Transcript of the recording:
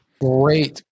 great